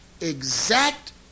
exact